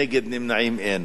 נגד ונמנעים, אין.